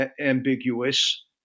ambiguous